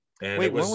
Wait